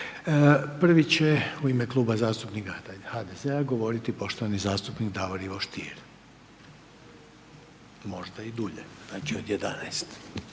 Prvi će u ime Kluba zastupnika HDZ-a govoriti poštovani zastupnik Davor Ivo Stier, možda i dulje, znači od 11.